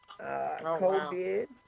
COVID